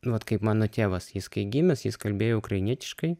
nu vat kaip mano tėvas jis kai gimęs jis kalbėjo ukrainietiškai